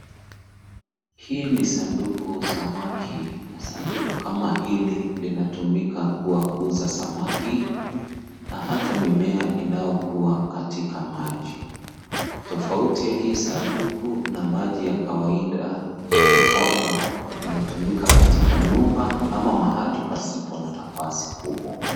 Hii ni sanduku samaki na sanduku kama hilil inatumiwa kuwakuza samaki na hata mimea inayokuwa katika maji. Tofauti ya hii sanduku na maji ya kawaida ni kwamba inatumika katika nyumba ama mahali pasipo na nafasi kubwa.